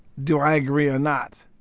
do i agree or not?